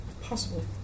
Possible